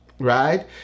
right